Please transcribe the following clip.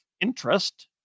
interest